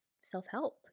self-help